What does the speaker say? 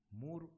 more